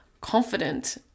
confident